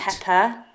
pepper